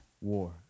war